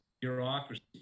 bureaucracy